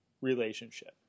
Relationship